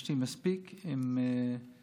יש לי מספיק עם סיעוד,